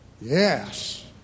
yes